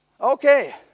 Okay